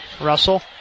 Russell